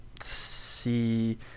see